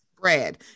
Brad